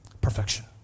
perfection